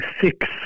six